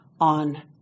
on